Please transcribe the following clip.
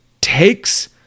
takes